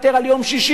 וזה